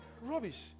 Rubbish